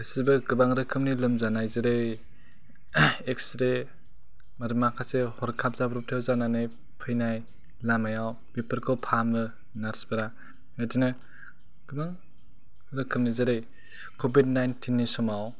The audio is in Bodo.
गासिबो गोबां रोखोमनि लोमजानाय जेरै एक्स रे आरो माखासे हरखाब जाब्रबथायाव जानानै फैनाय लामायाव बेफोरखौ फाहामो नार्सफोरा बिदिनो गोबां रोखोमनि जेरै कभिड नाइनटिननि समाव